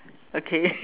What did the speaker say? okay